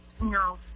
No